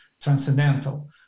transcendental